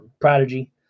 prodigy